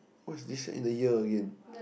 what is this and the ear again